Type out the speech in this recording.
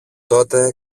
τότε